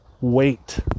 Wait